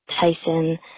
Tyson